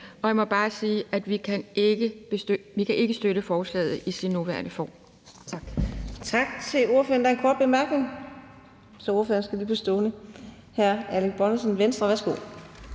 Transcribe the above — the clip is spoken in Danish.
og jeg må bare sige, at vi ikke kan støtte forslaget i sin nuværende form. Tak.